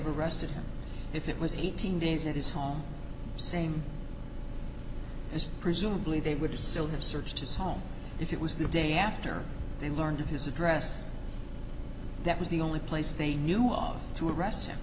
arrested him if it was eighteen days it is home same as presumably they would still have searched his home if it was the day after they learned of his address that was the only place they knew off to arrest him